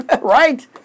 Right